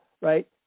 right